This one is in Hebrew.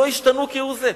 לא השתנו כהוא זה,